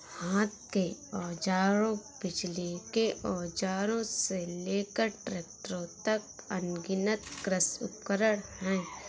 हाथ के औजारों, बिजली के औजारों से लेकर ट्रैक्टरों तक, अनगिनत कृषि उपकरण हैं